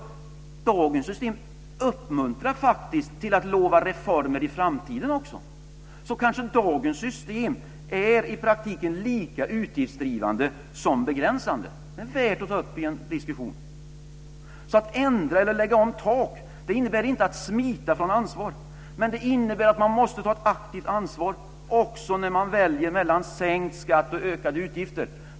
Dagens system uppmuntrar faktiskt till att lova reformer i framtiden också, så kanske dagens system är i praktiken lika utgiftsdrivande som begränsande. Det är värt att ta upp i en diskussion! Att ändra eller lägga om tak innebär inte att smita från ansvar, utan det innebär att man måste ta ett aktivt ansvar också när man väljer mellan sänkt skatt och ökade utgifter.